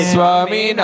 Swami